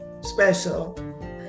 special